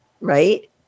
right